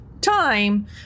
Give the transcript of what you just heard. time